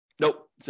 Nope